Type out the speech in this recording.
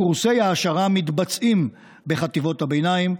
קורסי העשרה מתבצעים בחטיבות הביניים,